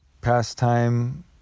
pastime